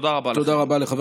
תודה רבה לכם.